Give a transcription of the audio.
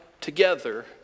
together